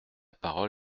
parole